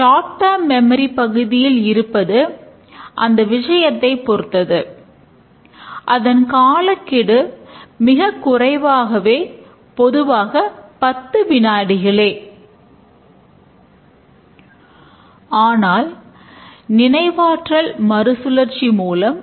ஆகவே D F T மாதிரிகளை உருவாக்க ஆரம்பிப்போம்